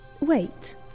Wait